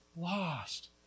lost